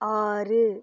ஆறு